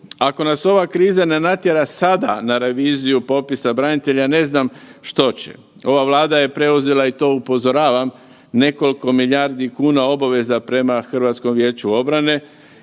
Ako nas ova kriza ne natjera sada na reviziju popisa branitelja ne znam što će. Ova Vlada je preuzela i to upozoravam nekoliko milijardi kuna obveza prema HVO-u i sva